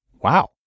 Wow